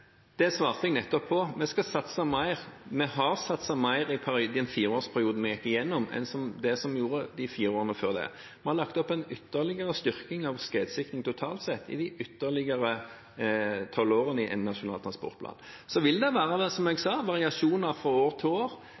Det svarte jeg nettopp på. Vi skal satse mer – vi har satset mer i den fireårsperioden vi gikk igjennom, enn det som ble gjort de fire årene før det. Vi har lagt opp til en ytterligere styrking av skredsikring totalt sett i de ytterligere 12 årene i Nasjonal transportplan. Så vil det være, som jeg sa, variasjoner fra år til år